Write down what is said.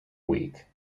week